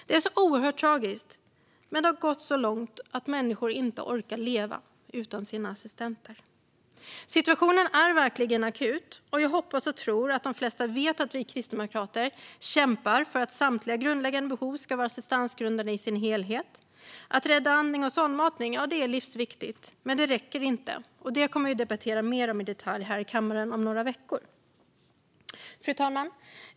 Det är oerhört tragiskt, men det har gått så långt att människor inte orkar leva utan sina assistenter. Situationen är verkligen akut. Jag hoppas och tror att de flesta vet att vi kristdemokrater kämpar för att samtliga grundläggande behov ska vara assistansgrundande i sin helhet. Att rädda andning och sondmatning är livsviktigt, men det räcker inte. Det kommer vi att debattera mer i detalj här i kammaren om några veckor. Fru talman!